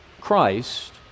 Christ